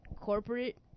corporate